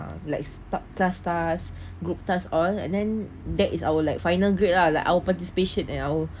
like stuck class task group task all and then that is our like final grade lah like our participation you know